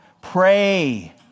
Pray